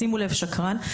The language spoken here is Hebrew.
שימו לב, שקרן.